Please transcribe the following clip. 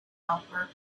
helper